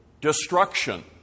destruction